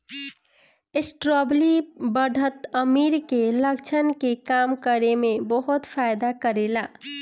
strawberry बढ़त उमिर के लक्षण के कम करे में बहुते फायदा करेला